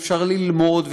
ואפשר ללמוד,